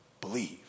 Believe